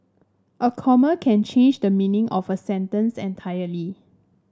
a comma can change the meaning of a sentence entirely